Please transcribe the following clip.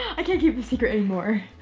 i can't keep this secret anymore.